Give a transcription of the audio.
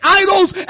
idols